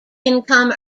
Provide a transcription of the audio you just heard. income